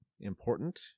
important